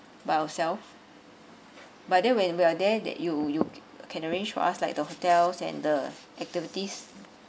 by ourselves but then when we are there that you you can arrange for us like the hotels and the activities